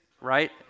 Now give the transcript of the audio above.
right